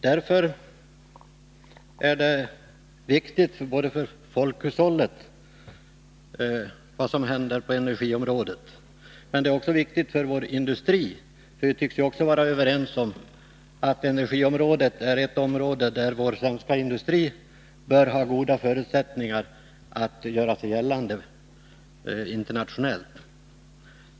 Därför är det viktigt för folkhushållet vad som händer på energiområdet, men det är också viktigt för vår industri, för vi tycks ju vara överens om att energiområdet är ett område där vår svenska industri bör ha goda förutsättningar att göra sig gällande internationellt.